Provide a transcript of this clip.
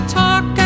talk